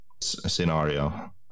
scenario